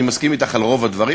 אני מסכים אתך על רוב הדברים.